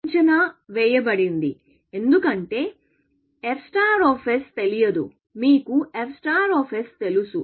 అంచనా వేయబడింది ఎందుకంటే మీకు f తెలియదు మీకు f తెలుసు